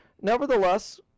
Nevertheless